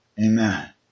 Amen